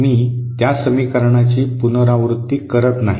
मी त्या समीकरणाची पुनरावृत्ती करीत नाही